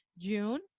June